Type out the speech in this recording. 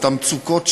את המצוקות שלו.